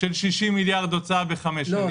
של 60 מיליארד הוצאה בחמש שנים.